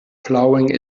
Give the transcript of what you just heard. plowing